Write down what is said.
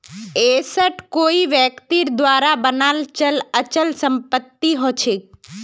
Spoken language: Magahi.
एसेट कोई व्यक्तिर द्वारा बनाल चल आर अचल संपत्ति हछेक